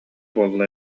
буолла